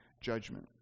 judgment